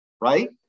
right